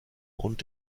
und